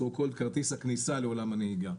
so called כרטיס הכניסה לעולם הנהיגה.